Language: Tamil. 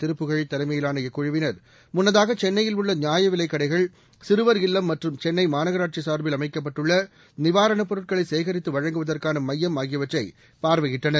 திருபுகழ் தலைமையிலான இக்குழுவினர் முன்னதாக சென்னையில் உள்ள நியாயவிலைக் கடைகள் சிறுவர் இல்லம் மற்றும் சென்னை மாநகராட்சி சா்பில் அமைக்கப்பட்டுள்ள நிவாரணப் பொருட்களை சேகித்து வழங்குவதற்கான மையம் ஆகியவற்றை பார்வையிட்டனர்